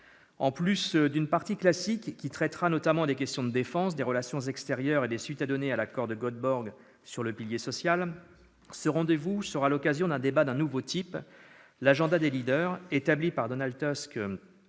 En plus d'une partie classique, qui traitera notamment des questions de défense, des relations extérieures et des suites à donner à l'accord de Göteborg sur le pilier social, ce rendez-vous sera l'occasion d'un débat d'un nouveau type, « l'agenda des », établi par Donald Tusk